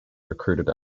recruited